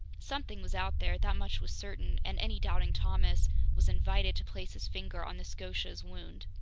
something was out there, that much was certain, and any doubting thomas was invited to place his finger on the scotia's wound.